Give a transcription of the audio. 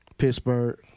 Pittsburgh